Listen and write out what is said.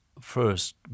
first